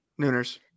Nooners